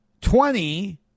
twenty